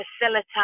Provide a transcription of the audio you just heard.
facilitate